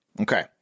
Okay